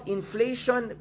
inflation